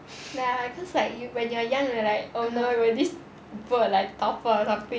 ya cause like you when you're young like then will this boat like topple or something